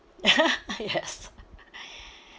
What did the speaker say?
yes